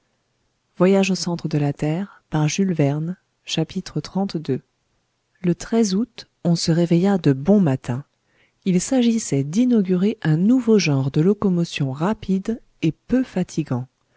xxxii le août on se réveilla de bon matin il s'agissait d'inaugurer un nouveau genre de locomotion rapide et peu fatigant